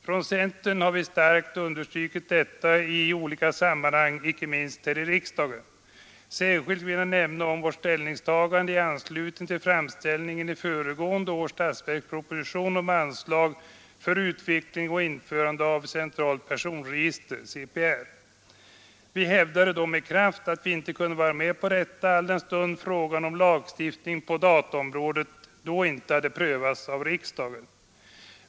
Från centern har vi starkt understrukit detta i olika sammanhang, inte minst här i riksdagen. Särskilt vill jag nämna vårt ställningstagande i anslutning till framställningen i föregående års statsverksproposition om anslag för utveckling och införande av centralt personregister, CPR. Vi hävdade då med kraft att vi inte kunde vara med på detta, alldenstund frågan om lagstiftning på dataområdet inte hade prövats av riksdagen.